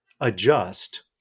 adjust